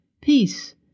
peace